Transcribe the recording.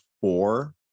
four